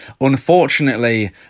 Unfortunately